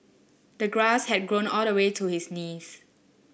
the grass had grown all the way to his knees